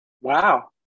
Wow